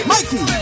Mikey